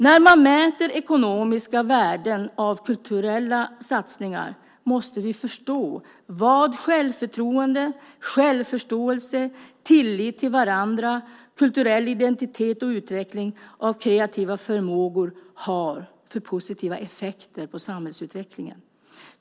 När vi mäter ekonomiska värden av kulturella satsningar måste vi förstå vad självförtroende, självförståelse, tillit till varandra, kulturell identitet och utveckling av kreativa förmågor har för positiva effekter på samhällsutvecklingen.